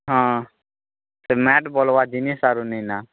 ହଁ ସେ ମାଟ ବଲବା ଜିନିଷ ଆରୁ ନେଇ ନା